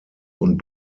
und